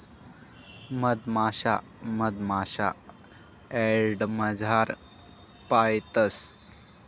मधमाशा मधमाशा यार्डमझार पायतंस